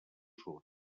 sud